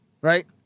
Right